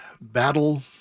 battle-